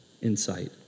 insight